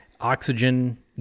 Oxygen